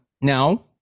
Now